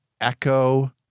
echo